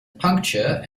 puncture